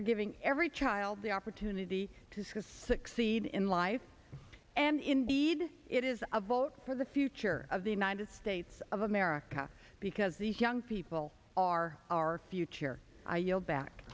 for giving every child the opportunity to succeed in life and indeed it is a vote for the future of the united states of america because these young people are our future i yield back